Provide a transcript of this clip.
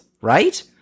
right